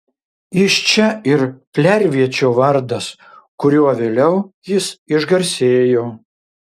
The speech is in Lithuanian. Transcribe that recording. iš čia ir klerviečio vardas kuriuo vėliau jis išgarsėjo